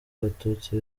abatutsi